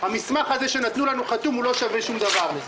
המסמך הזה שנתנו לנו חתום הוא לא שווה שום דבר (קורע את המסמך המדובר).